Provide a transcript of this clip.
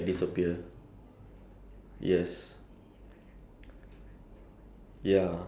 ya because I want him to be like the good person cause at the end of the movie like some of the heroes